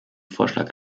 vorschlag